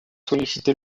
sollicité